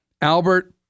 Albert